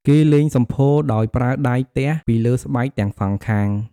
គេលេងសំភោរដោយប្រើដៃទះពីលើស្បែកទាំងសងខាង។